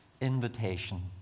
invitation